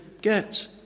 get